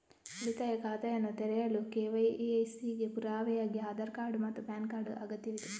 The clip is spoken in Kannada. ಉಳಿತಾಯ ಖಾತೆಯನ್ನು ತೆರೆಯಲು ಕೆ.ವೈ.ಸಿ ಗೆ ಪುರಾವೆಯಾಗಿ ಆಧಾರ್ ಮತ್ತು ಪ್ಯಾನ್ ಕಾರ್ಡ್ ಅಗತ್ಯವಿದೆ